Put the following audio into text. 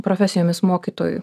profesijomis mokytojui